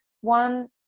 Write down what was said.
one